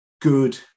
good